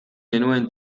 genuen